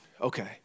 Okay